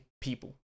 people